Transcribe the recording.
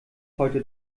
heute